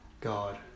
God